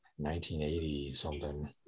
1980-something